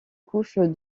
couche